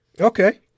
Okay